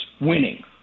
winning